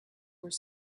were